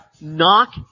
Knock